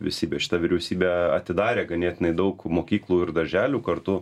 visybė šita vyriausybė atidarė ganėtinai daug mokyklų ir darželių kartu